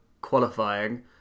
qualifying